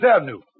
Avenue